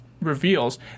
reveals